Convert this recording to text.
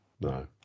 no